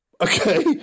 Okay